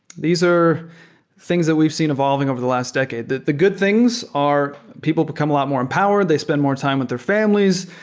these are things that we've seen evolving over the last decade. the good things are people become a lot more empowered. they spend more time with their families.